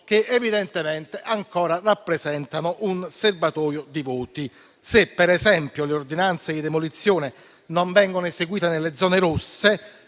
che evidentemente ancora rappresentano un serbatoio di voti. Se, per esempio, le ordinanze di demolizione non vengono eseguite nelle zone rosse,